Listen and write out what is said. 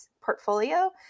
portfolio